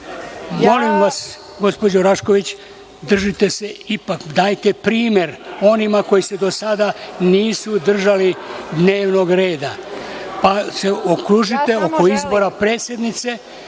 to. Molim vas, gospođo Rašković, držite se ipak, dajte primer onima koji se do sada nisu držali dnevnog reda, pa se okružite oko izbora predsednice,